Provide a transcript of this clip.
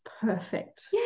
perfect